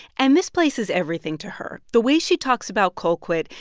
and this place is everything to her. the way she talks about colquitt,